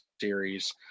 series